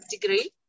degree